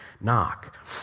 knock